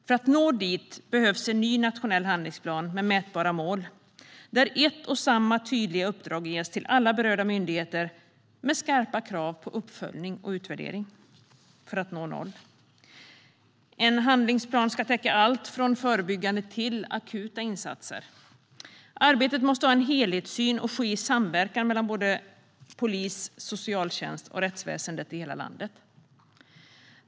För att man ska nå dit behövs en ny nationell handlingsplan med mätbara mål, där ett och samma tydliga uppdrag ges till alla berörda myndigheter, och det ska vara skarpa krav på uppföljning och utvärdering. En handlingsplan ska täcka allt från förebyggande till akuta insatser. Arbetet måste ha en helhetssyn och ske i samverkan mellan polis, socialtjänst och rättsväsendet i hela landet.